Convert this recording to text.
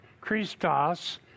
Christos